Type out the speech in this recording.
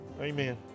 Amen